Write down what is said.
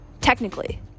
technically